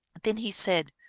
then he said,